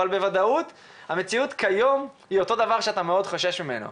אבל המציאות כיום היא הדבר שאתה מאוד חושש ממנו.